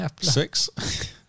Six